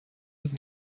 und